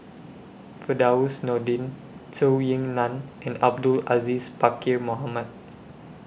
Firdaus Nordin Zhou Ying NAN and Abdul Aziz Pakkeer Mohamed